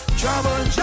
trouble